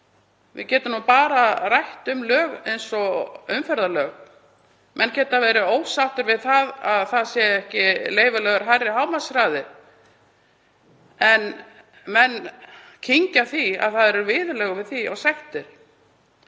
Við getum bara rætt um lög eins og umferðarlög. Menn geta verið ósáttir við það að ekki sé leyfilegur hærri hámarkshraði en menn kyngja því að það eru viðurlög við því og sektir.